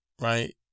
right